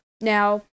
Now